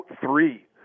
three